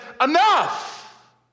enough